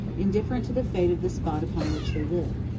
indifferent to the fate of the spot upon which they live.